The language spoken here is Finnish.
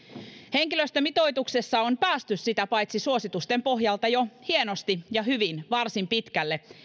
henkilöstömitoituksessa on päästy sitä paitsi suositusten pohjalta jo hienosti ja hyvin varsin pitkälle